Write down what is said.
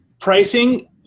pricing